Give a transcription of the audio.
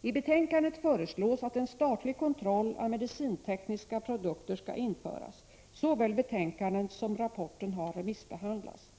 I betänkandet föreslås att en statlig kontroll av medicintekniska produkter skall införas. Såväl betänkandet som rapporten har remissbehandlats.